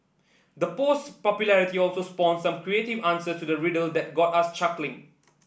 the post's popularity also spawned some creative answers to the riddle that got us chuckling